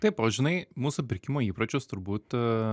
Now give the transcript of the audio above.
taip o žinai mūsų pirkimo įpročius turbūt